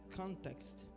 context